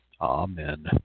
Amen